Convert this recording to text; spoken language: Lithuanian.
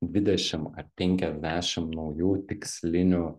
dvidešim ar penkiasdešim naujų tikslinių